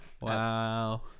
Wow